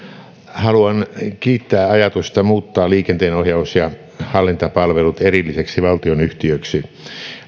haluan kiittää ajatusta muuttaa liikenteenohjaus ja hallintapalvelut erilliseksi valtionyhtiöksi